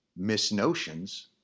misnotions